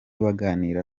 baganira